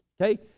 okay